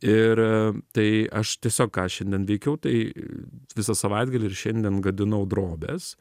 ir tai aš tiesiog ką šiandien veikiau tai visą savaitgalį ir šiandien gadinau drobes